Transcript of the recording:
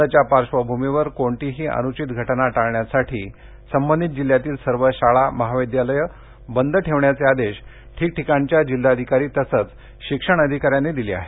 बंदच्या पार्श्वभूमीवर कोणतीही अनुचित घटना टाळण्यासाठी संबंधित जिल्ह्यातील सर्व शाळा महाविद्यालयं बंद ठेवण्याचे आदेश ठीकठीकाणच्या जिल्हाधिकारी तसंच शिक्षणाधिकाऱ्यांनी दिले आहेत